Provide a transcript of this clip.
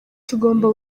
tugomba